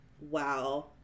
wow